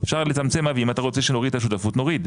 אפשר לצמצם אבי אם אתה רוצה שנוריד את השותפות נוריד.